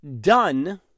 done